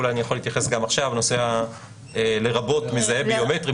אני יכול להתייחס גם עכשיו ל"לרבות מזהה ביומטרי,